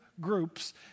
groups